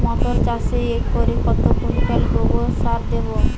মটর চাষে একরে কত কুইন্টাল গোবরসার দেবো?